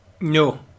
No